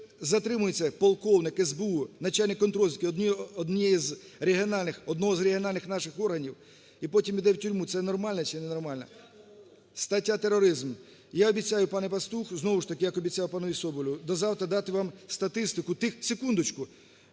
затримується полковник СБУ, начальник контррозвідки одного із регіональних наших органів і потім йде в тюрму – це нормально, чи не нормально? Стаття тероризм, я обіцяю, пане Пастух, знову ж таки, як обіцяв і пану Соболєву до завтра дати вам статистику тих… секундочку,